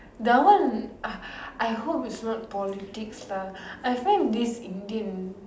that one ah I hope it's not politics lah I find this Indian